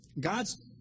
God's